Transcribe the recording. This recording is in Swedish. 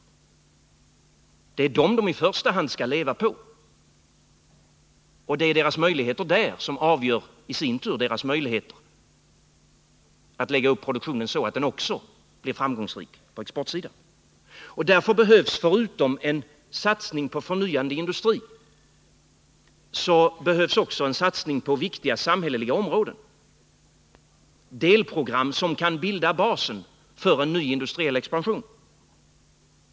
Det är hemmamarknaden som företagen i första hand skall leva på, och det är deras möjligheter där som i sin tur avgör möjligheterna att lägga upp produktionen så att den också blir framgångsrik på exportsidan. Därför behövs förutom en satsning på en förnyad industri en satsning på viktiga samhälleliga områden, delprogram som kan bilda basen för en ny industriell expansion.